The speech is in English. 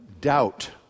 Doubt